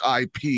ip